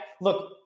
Look